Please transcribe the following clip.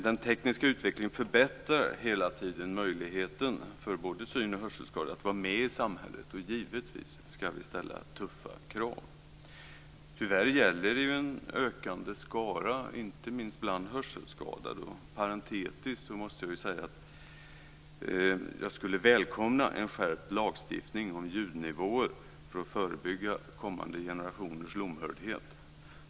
Den tekniska utvecklingen förbättrar hela tiden möjligheterna för både syn och hörselskadade att vara med i samhället. Och givetvis ska vi ställa tuffa krav. Tyvärr gäller det ju en ökande skara, inte minst bland hörselskadade. Parentetiskt måste jag ju säga att jag skulle välkomna en skärpning av lagstiftningen när det gäller ljudnivåer för att förebygga kommande generationers lomhördhet.